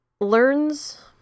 learns